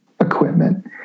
equipment